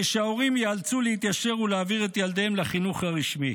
שההורים ייאלצו להתיישר ולהעביר את ילדיהם לחינוך הרשמי.